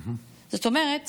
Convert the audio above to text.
זאת אומרת